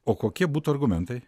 o kokie būtų argumentai